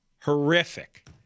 horrific